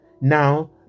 now